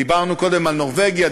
דיברנו קודם על נורבגיה,